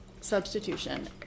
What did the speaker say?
substitution